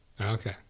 Okay